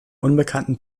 unbekannten